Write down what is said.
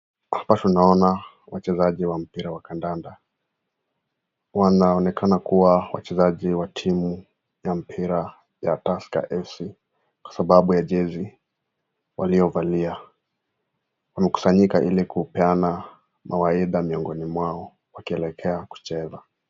Hapa tunaona wachezaji wa mpira wa kandanda. Wanaonekana kua wachezaji wa timu ya mpira ya (cs)Tusker FC(cs) kwa sababu ya jezi waliovalia, wamekusanyika ili kupeana mawaidha miongoni mwao wakielekea kucheza.